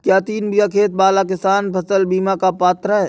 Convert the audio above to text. क्या तीन बीघा खेत वाला किसान फसल बीमा का पात्र हैं?